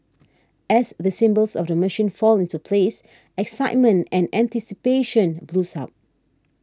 as the symbols of the machine fall into place excitement and anticipation builds up